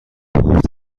گفت